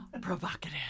Provocative